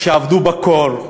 שעבדו בקור: